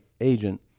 agent